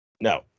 no